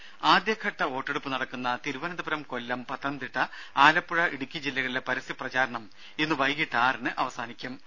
ദേഴ ആദ്യഘട്ട വോട്ടെടുപ്പ് നടക്കുന്ന തിരുവനന്തപുരം കൊല്ലം പത്തനംതിട്ട ആലപ്പുഴ ഇടുക്കി ജില്ലകളിലെ പരസ്യ പ്രചരണം ഇന്ന് വൈകീട്ട് ആറിന് അവസാനിക്കും